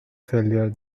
failure